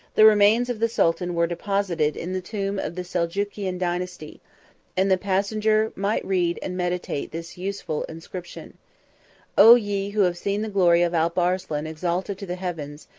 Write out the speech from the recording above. the remains of the sultan were deposited in the tomb of the seljukian dynasty and the passenger might read and meditate this useful inscription o ye who have seen the glory of alp arslan exalted to the heavens,